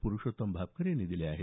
पुरुषोत्तम भापकर यांनी दिले आहेत